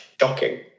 shocking